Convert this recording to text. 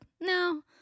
No